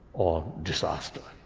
or disaster.